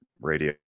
radio